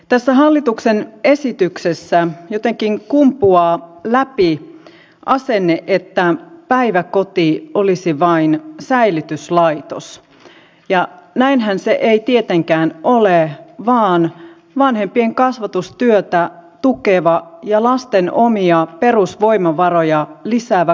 tässä hallituksen esityksessä jotenkin kumpuaa läpi asenne että päiväkoti olisi vain säilytyslaitos ja sitähän se ei tietenkään ole vaan vanhempien kasvatustyötä tukeva ja lasten omia perusvoimavaroja lisäävä kotien kasvatuskumppani